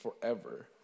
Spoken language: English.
forever